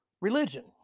religion